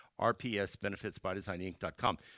rpsbenefitsbydesigninc.com